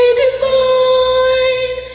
divine